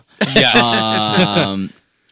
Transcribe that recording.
Yes